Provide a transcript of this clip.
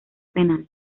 penal